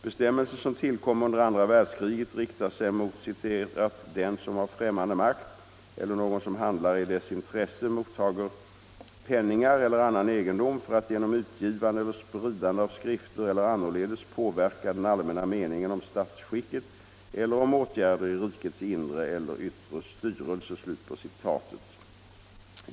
Bestämmelsen som tillkom under andra världskriget riktar sig mot ”den som av främmande makt eller någon som handlar i dess intresse mottager penningar eller annan egendom för att genom utgivande eller spridande av skrifter eller annorledes påverka den allmänna meningen om statsskicket eller om åtgärder i rikets inre eller yttre styrelse”.